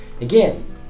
Again